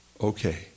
okay